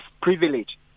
privilege